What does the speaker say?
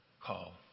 call